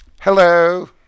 hello